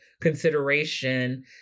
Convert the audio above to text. consideration